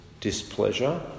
displeasure